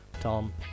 Tom